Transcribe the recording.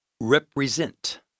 Represent